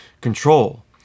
control